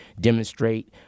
demonstrate